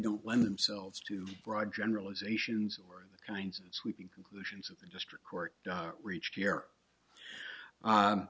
don't lend themselves to broad generalizations or the kinds of sweeping conclusions of district court reached year